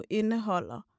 indeholder